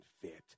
fit